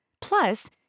Plus